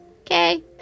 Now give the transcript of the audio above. Okay